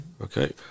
Okay